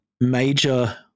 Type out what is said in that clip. major